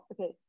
okay